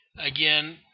again